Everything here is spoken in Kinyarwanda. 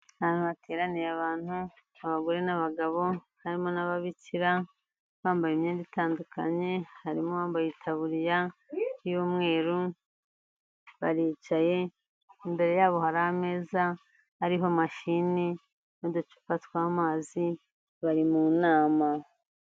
Ni ahantu bateraniye abantu, abagore n'abagabo, harimo n'ababikira bambaye imyenda itandukanye, harimo uwambaye itaburiya y'umweru, baricaye, imbere yabo hari ameza ariho mashini n'uducupa tw'amazi, bari mu nama.